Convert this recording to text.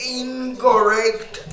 incorrect